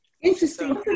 Interesting